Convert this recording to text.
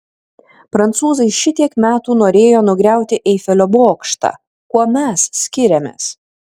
prancūzai šitiek metų norėjo nugriauti eifelio bokštą kuo mes skiriamės